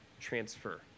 transfer